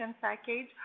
package